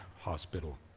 Hospital